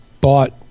bought